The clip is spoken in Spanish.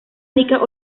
única